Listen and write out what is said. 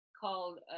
called